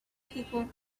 people